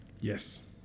Yes